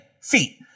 feet